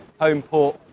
home port